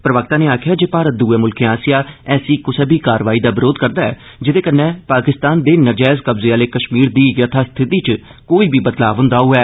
प्रवक्ता नै आक्खेआ भारत दुए मुल्खें आस्सेआ ऐसी कुसै बी कारवाई दा विरोध करदा ऐ जेदे कन्नै पाकिस्तान दे नजैज कब्जे आले कश्मीर दी यथास्थिति च कोई बदलाव होंदा होवै